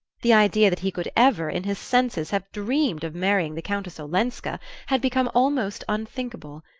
the idea that he could ever, in his senses, have dreamed of marrying the countess olenska had become almost unthinkable,